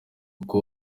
kuko